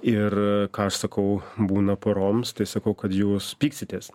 ir ką aš sakau būna poroms tai sakau kad jūs pyksitės